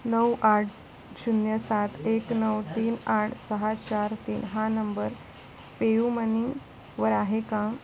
नऊ आठ शून्य सात एक नऊ तीन आठ सहा चार तीन हा नंबर पेयुमनीवर आहे का